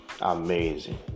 amazing